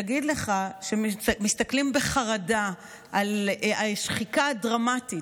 יגיד לך שמסתכלים בחרדה על שחיקה דרמטית